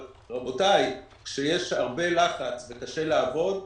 רבותיי, כשיש הרבה לחץ וקשה לעבוד,